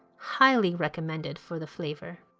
highly reccommended for the flavour.